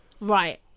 Right